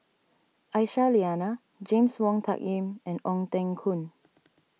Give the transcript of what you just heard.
Aisyah Lyana James Wong Tuck Yim and Ong Teng Koon